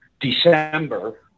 December